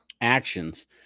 actions